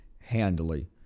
handily